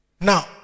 Now